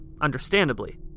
understandably